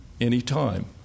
anytime